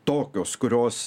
tokios kurios